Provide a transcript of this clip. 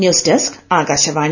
news desk Akashvani